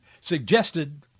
suggested